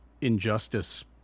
injustice